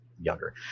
younger